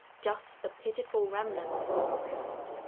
just the pitiful remnants of a wrist.